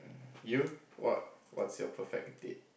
you what what's your perfect deed